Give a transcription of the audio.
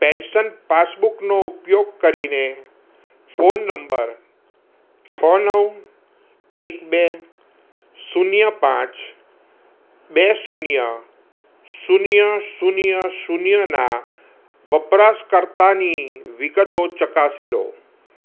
pension પાસબુકનો ઉપયોગ કરીને ફોન નંબર છ નવ એક બે શૂન્ય પાંચ બે શૂન્ય શૂન્ય શૂન્ય શૂન્યના વપરાશકર્તાની વિગતો ચકાસી લો